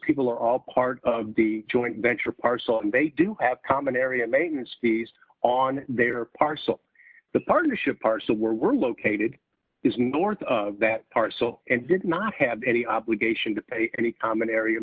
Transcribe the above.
people are all part of the joint venture parcel and they do have a common area maintenance fees on their parcel the partnership parcel where we're located is north of that parcel and did not have any obligation to pay any common area